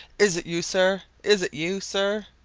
is it you, sir? is it you, sir?